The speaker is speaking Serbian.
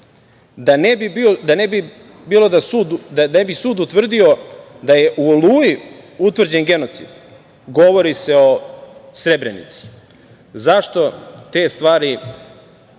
da ne bi sud utvrdio da je u „Oluji“ utvrđen genocid, govori se o Srebrenici. Zašto te stvari